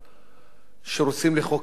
שרוצים לחוקק חוק